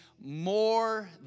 more